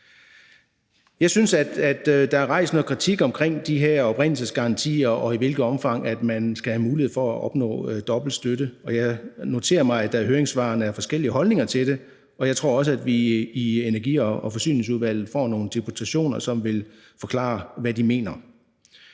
Jeg synes, at der er rejst noget kritik af de her oprindelsesgarantier, og i hvilket omfang man skal have mulighed for at opnå dobbelt støtte, og jeg noterer mig, at der i høringssvarene er forskellige holdninger til det. Jeg tror også, at vi i Klima-, Energi- og Forsyningsudvalget får nogle deputationer, som vil forklare, hvad de mener.